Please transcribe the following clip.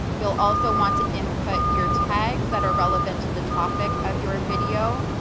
you'll also want to input your tags that are relevant to the topic of your video,